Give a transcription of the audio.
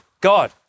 God